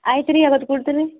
ಆಯ್ತು ರೀ ಯಾವತ್ತು ಕೊಡ್ತಿರ ರೀ